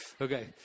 Okay